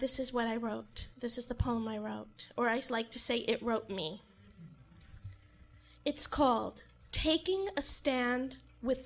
this is what i wrote this is the poem i wrote or ice like to say it wrote me it's called taking a stand with